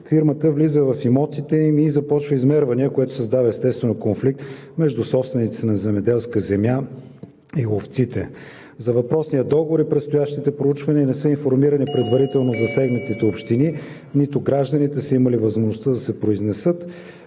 фирмата влиза в имотите им и започва измервания, което, естествено, създава конфликт между собствениците на земеделска земя и ловците. За въпросния договор и предстоящите проучвания не са информирани предварително засегнатите общини, нито гражданите са имали възможността да се произнесат.